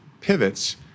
pivots